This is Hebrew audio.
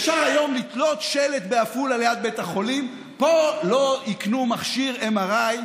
אפשר היום לתלות שלט בעפולה ליד בית החולים: פה לא יקנו מכשיר MRI,